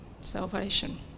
salvation